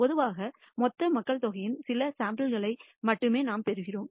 பொதுவாக மொத்த மக்கள் தொகையின் சில சாம்பிள் களை மட்டுமே நாம் பெறுகிறோம்